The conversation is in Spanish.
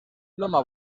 loma